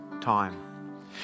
time